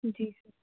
ਜੀ ਸਰ